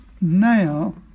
now